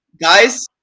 guys